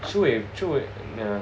Shu Wei Shu Wei yeah